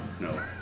No